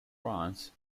france